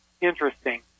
interesting